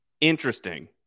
Interesting